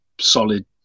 solid